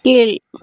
கீழ்